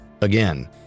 again